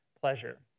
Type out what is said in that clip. pleasure